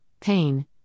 pain